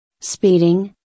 speeding